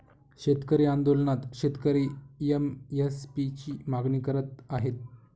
शेतकरी आंदोलनात शेतकरी एम.एस.पी ची मागणी करत आहे